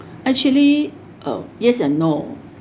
actually uh yes and no